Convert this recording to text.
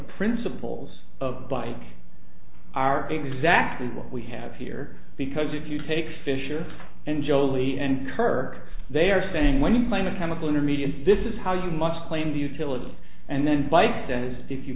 principles of bike are exactly what we have here because if you take fisher and jolie and kirk they are saying when you claim a chemical intermediates this is how you must claim the utility and then bite says if you